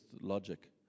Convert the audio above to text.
logic